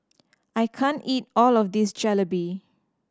I can't eat all of this Jalebi